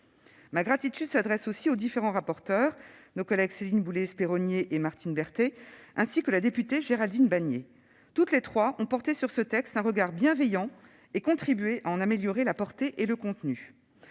Ma gratitude s'adresse aussi aux différents rapporteurs, nos collègues Céline Boulay-Espéronnier et Martine Berthet, ainsi que la députée Géraldine Bannier. Toutes les trois ont porté sur ce texte un regard bienveillant et ont contribué à en améliorer la portée et le contenu.